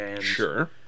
Sure